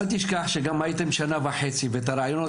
אל תשכח שגם הייתם שנה וחצי ואת הרעיונות